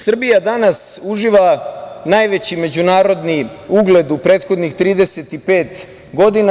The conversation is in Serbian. Srbija danas uživa najveći međunarodni ugled u prethodnih 35 godina.